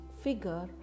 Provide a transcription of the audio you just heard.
figure